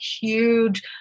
huge